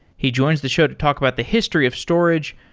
he joins the show to talk about the history of storage,